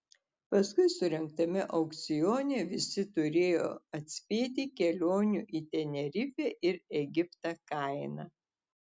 paskui surengtame aukcione visi turėjo atspėti kelionių į tenerifę ir egiptą kainą